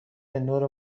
نور